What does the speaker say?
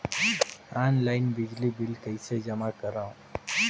Online बिजली bill कइसे जमा करव?